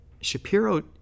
Shapiro